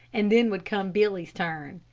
and then would come billy's turn.